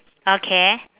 okay